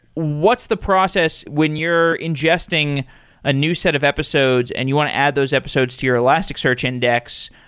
what's the process when you're ingesting a new set of episodes and you want to add those episodes to your elasticsearch index?